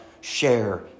share